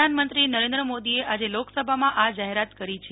પ્રધાનમંત્રી નરેન્દ્ર મોદીએ આજે લોકસભામાં આ જાહેરાત કરી છે